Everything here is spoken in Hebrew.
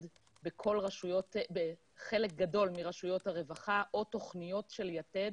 בחלק גדול מרשויות הרווחה או תוכניות של יתד